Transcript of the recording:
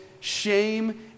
shame